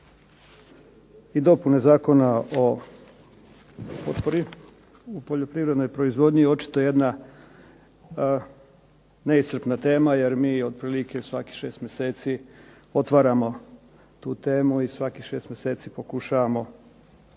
i dopune Zakona o potpori u poljoprivrednoj proizvodnji je očito jedna neiscrpna tema jer mi otprilike svakih 6 mjeseci otvaramo tu temu i svakih 6 mjeseci pokušavamo